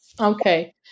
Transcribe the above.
Okay